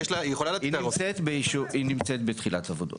היא נמצאת בתחילת עבודות.